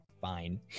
fine